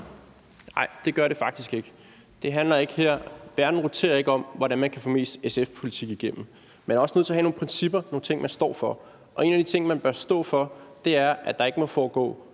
Nej, det gør det faktisk ikke. Verden roterer ikke om, hvordan man kan få mest SF-politik igennem. Man er også nødt til at have nogle principper og nogle ting, man står for, og en af de ting, man bør stå for, er, at der ikke må foregå